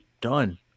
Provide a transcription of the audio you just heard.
done